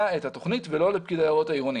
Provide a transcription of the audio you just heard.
את התוכנית ולא לפקיד היערות העירוני.